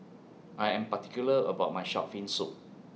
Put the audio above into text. I Am particular about My Shark's Fin Soup